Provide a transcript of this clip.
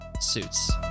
suits